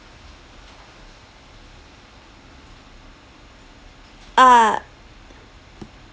uh